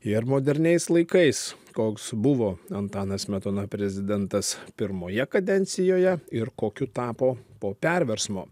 ir moderniais laikais koks buvo antanas smetona prezidentas pirmoje kadencijoje ir kokiu tapo po perversmo